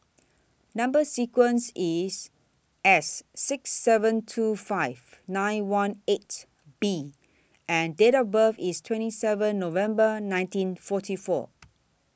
Number sequence IS S six seven two five nine one eight B and Date of birth IS twenty seven November nineteen forty four